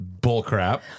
bullcrap